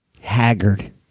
haggard